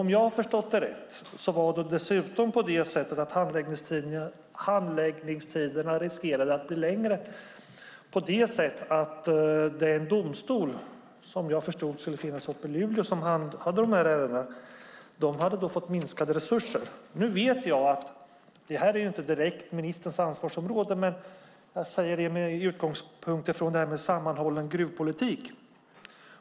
Om jag har förstått saken rätt riskerar handläggningstiderna att bli längre på grund av att den domstol som handhar ärendena, som ska finnas i Luleå, har fått minskade resurser. Nu vet jag att det här inte är ministerns ansvarsområde, men jag säger detta med utgångspunkt i en sammanhållen gruvpolitik.